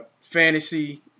Fantasy